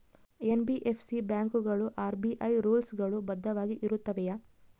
NBFC ಬ್ಯಾಂಕುಗಳು RBI rules ಗಳು ಬದ್ಧವಾಗಿ ಇರುತ್ತವೆಯ?